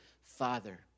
Father